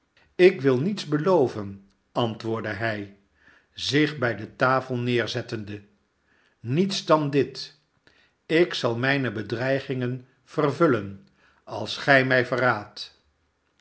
ik wil niets beloven antwoordde hij zich bij de tafel neerzettende niets dan dit ik zal mijne bedreigingen vervullen als gij mij verraadt